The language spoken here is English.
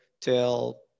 till